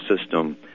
system